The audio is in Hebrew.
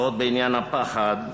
ועוד בעניין הפחד,